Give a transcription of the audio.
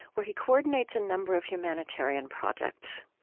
where he coordinates a number of humanitarian projects.